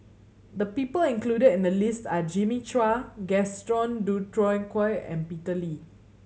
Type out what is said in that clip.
the people included in the list are Jimmy Chua Gaston Dutronquoy and Peter Lee